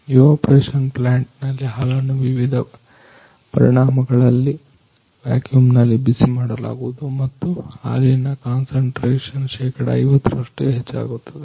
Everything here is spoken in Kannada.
ಇವಾಪರೇಷನ್ ಪ್ಲಾಂಟ್ ನಲ್ಲಿ ಹಾಲನ್ನ ವಿವಿಧ ಪರಿಣಾಮಗಳಲ್ಲಿ ವ್ಯಾಕ್ಯೂಮ್ ನಲ್ಲಿ ಬಿಸಿ ಮಾಡಲಾಗುವುದು ಮತ್ತು ಹಾಲಿನ ಕಾನ್ಸಂಟ್ರೇಷನ್ ಶೇಕಡ 50ರಷ್ಟು ಹೆಚ್ಚಾಗುತ್ತದೆ